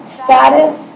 status